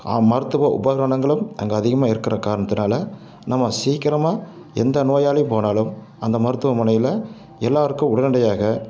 மருத்துவ உபகரணங்களும் அங்கே அதிகமாக இருக்கிற காரணத்தினால் நம்ம சீக்கிரமாக எந்த நோயாளி போனாலும் அந்த மருத்துவமனையில் எல்லோருக்கும் உடனடியாக